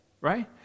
right